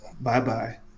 Bye-bye